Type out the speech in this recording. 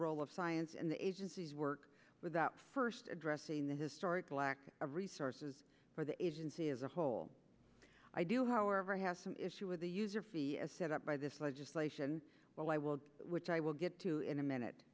role of science in the agency's work without first addressing the historical lack of resources for the agency as a whole i do however have some issue with the user fee as set up by this legislation well i will which i will get to in a minute